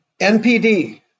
NPD